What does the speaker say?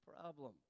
problem